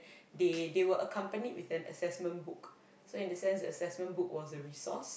they they were accompanied with an assessment book so in the sense the assessment book was the resource